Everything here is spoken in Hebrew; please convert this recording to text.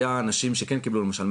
היו אנשים שכן קיבלו למשל,